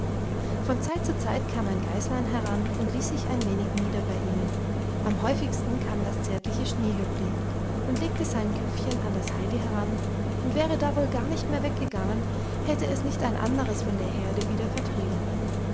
von zeit zu zeit kam ein geißlein heran und ließ sich ein wenig nieder bei ihnen am häufigsten kam das zärtliche schneehöppli und legte sein köpfchen an das heidi heran und wäre da wohl gar nicht mehr weggegangen hätte es nicht ein anderes von der herde wieder vertrieben